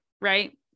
right